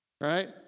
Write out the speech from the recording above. Right